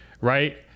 right